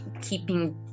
keeping